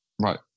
right